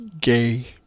gay